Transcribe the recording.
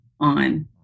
on